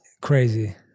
crazy